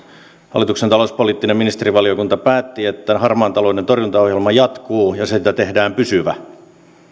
hallituksen talouspoliittinen ministerivaliokunta päätti että harmaan talouden torjuntaohjelma jatkuu ja siitä tehdään pysyvä